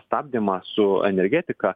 stabdymą su energetika